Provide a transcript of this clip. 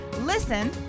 Listen